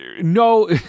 no